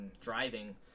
driving